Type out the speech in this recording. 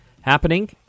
happening